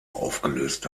aufgelöst